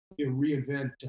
reinvent